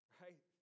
right